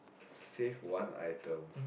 save one item